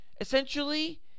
Essentially